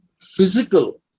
physical